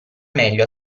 meglio